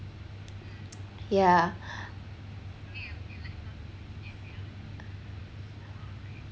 yeah